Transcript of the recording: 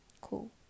cool